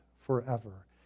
forever